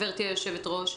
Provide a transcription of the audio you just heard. גברתי היושבת-ראש,